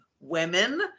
women